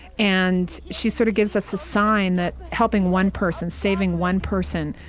and she sort of gives us a sign that helping one person, saving one person,